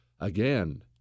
Again